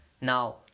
Now